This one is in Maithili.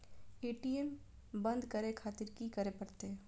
ए.टी.एम बंद करें खातिर की करें परतें?